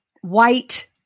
white